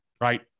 right